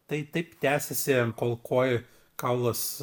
tai taip tęsėsi kol kojų kaulas